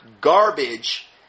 garbage